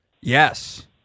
Yes